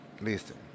listen